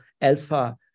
alpha